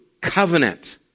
covenant